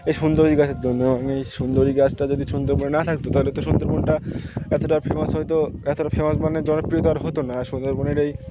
এই সুন্দরী গাছের জন্য এই সুন্দরী গাছটা যদি সুন্দরবন না থাকত তাহলে তো সুন্দরবনটা এতটা ফেমাস হয়তো এতটা ফেমাস মানে জনপ্রিয় তো আর হতো না সুন্দরবনেরই